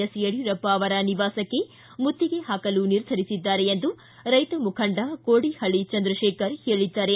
S Yediyurappa ಅವರ ನಿವಾಸಕ್ಕೆ ಮುತ್ತಿಗೆ ಹಾಕಲು ನಿರ್ಧರಿಸಿದ್ದಾರೆ ಎಂದು ರೈತ ಮುಖಂಡ ಕೋಡಿಹಳ್ಳಿ ಚಂದ್ರಶೇಖರ್ ಹೇಳಿದ್ದಾರೆ